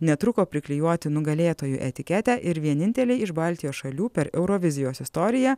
netruko priklijuoti nugalėtojų etiketę ir vienintelei iš baltijos šalių per eurovizijos istoriją